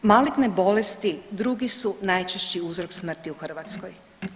Maligne bolesti drugi su najčešći uzrok smrti u Hrvatskoj.